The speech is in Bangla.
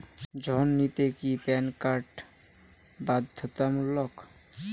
ঋণ নিতে কি প্যান কার্ড বাধ্যতামূলক?